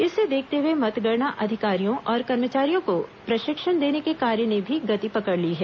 इसे देखते हुए मतगणना अधिकारियों और कर्मचारियों को प्रशिक्षण देने के कार्य ने भी गति पकड़ ली है